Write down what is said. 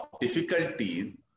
difficulties